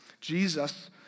Jesus